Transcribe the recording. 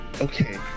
okay